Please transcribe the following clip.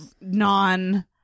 non